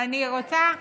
אני רוצה,